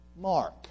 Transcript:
Mark